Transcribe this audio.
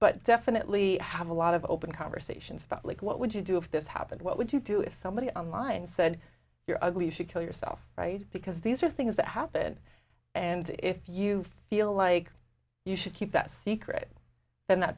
but definitely have a lot of open conversations about like what would you do if this happened what would you do if somebody online said you're ugly you should kill yourself right because these are things that happen and if you feel like you should keep that secret then that